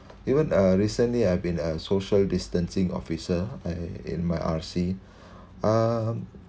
even uh recently I've been a social distancing officer I in my R_C uh